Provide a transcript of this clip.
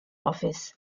office